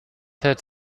had